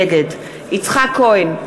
נגד יצחק כהן,